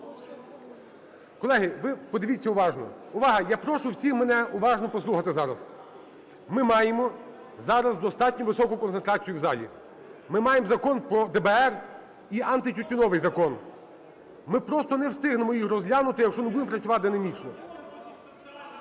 Колеги, ви подивіться уважно. Увага! Я прошу всіх мене уважно послухати зараз. Ми маємо зараз достатньо високу концентрацію в залі. Ми маємо закон по ДБР і антитютюновий закон. Ми просто не встигнемо їх розглянути, якщо не будемо працювати динамічно.